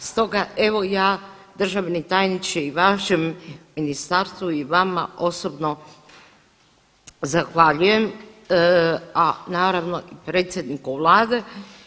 Stoga evo ja državni tajniče i vašem ministarstvu i vama osobno zahvaljujem, a naravno i predsjedniku vlade